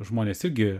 žmonės irgi